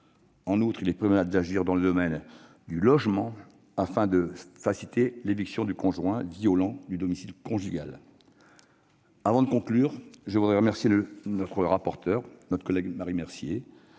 En outre, il est primordial d'agir dans le domaine du logement afin de faciliter l'éviction du conjoint violent du domicile conjugal. Avant de conclure, je souhaite remercier notre collègue rapporteur, Marie Mercier,